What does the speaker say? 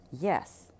Yes